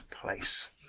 place